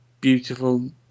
beautiful